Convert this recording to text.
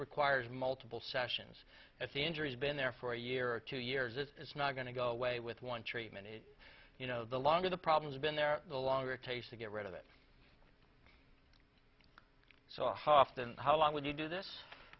requires multiple sessions at the injuries been there for a year or two years it's not going to go away with one treatment it you know the longer the problem's been there the longer taste to get rid of it so huffed and how long would you do this